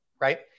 right